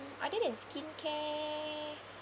other than skincare